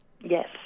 Yes